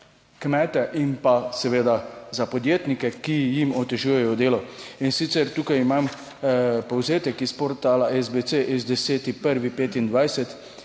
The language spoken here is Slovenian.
in pa seveda za podjetnike, ki jim otežujejo delo. In sicer tukaj imam povzetek iz portala SBC iz 10.